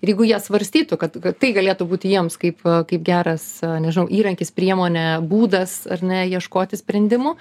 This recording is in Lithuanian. jeigu jie svarstytų kad kad tai galėtų būti jiems kaip kaip geras nežinau įrankis priemonė būdas ar ne ieškoti sprendimų